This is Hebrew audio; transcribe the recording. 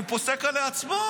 הוא פוסק על עצמו,